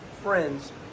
friends